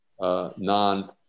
non